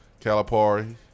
Calipari